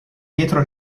dietro